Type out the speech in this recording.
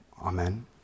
amen